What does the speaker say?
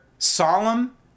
solemn